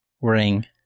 ring